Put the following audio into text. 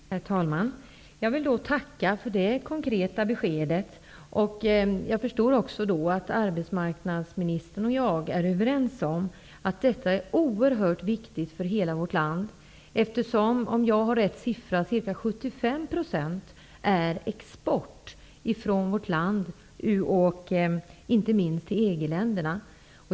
Herr talman! Jag vill tacka för det konkreta beskedet. Jag förstår då att arbetsmarknadsministern och jag är överens om att detta är oerhört viktigt för hela vårt land, eftersom, om jag har den rätta siffran, ca 75 % av produktionen går på export, inte minst till EG länderna.